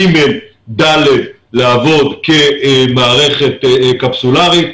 כיתות ג'-ד' לעבוד כמערכת קפסולרית,